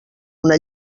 una